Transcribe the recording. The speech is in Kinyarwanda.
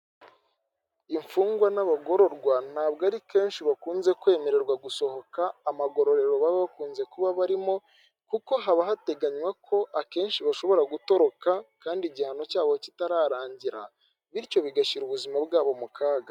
Imfungwa n'abagororwa ntabwo ari kenshi bakunze kwemererwa gusohoka amagororero baba bakunze kuba barimo, kuko haba hateganywa ko akenshi bashobora gutoroka kandi igihano cyabo kitararangira, bityo bigashyira ubuzima bwabo mu kaga.